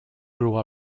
grew